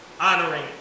honoring